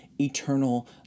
eternal